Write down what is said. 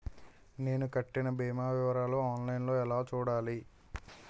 నేను కట్టిన భీమా వివరాలు ఆన్ లైన్ లో ఎలా చూడాలి?